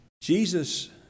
Jesus